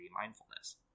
mindfulness